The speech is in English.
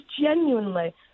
genuinely